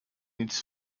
its